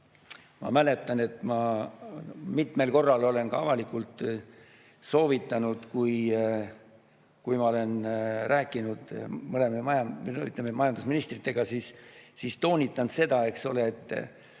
ma mäletan, ma mitmel korral olen ka avalikult soovitanud, kui ma olen rääkinud majandusministritega, toonitanud seda, eks ole, et